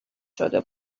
شده